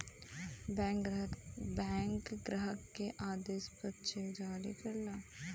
bank ग्राहक के आदेश पर चेक जारी करला